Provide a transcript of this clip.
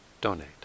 donate